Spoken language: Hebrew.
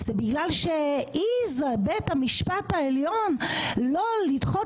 זה בגלל שהעז בית המשפט העליון לא לדחות